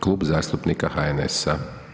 Klub zastupnika HNS-a.